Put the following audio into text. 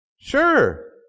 Sure